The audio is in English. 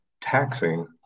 taxing